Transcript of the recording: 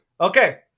okay